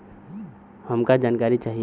हमका जानकारी चाही?